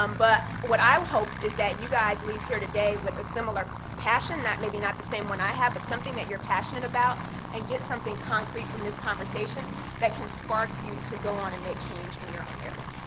um but what i hope is that you guys leave here today with a similar passion, maybe not the same one i have, but something that you're passionate about and get something concrete from this conversation that can spark you to go on and make change in your own area.